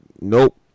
nope